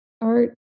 art